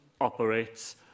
operates